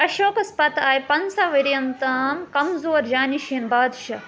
اشوكس پتہٕ آیہِ پَنٛژاہ ؤریَن تام كمزور جانِشیٖن بادشاہ